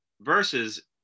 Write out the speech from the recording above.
versus